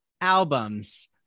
albums